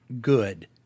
good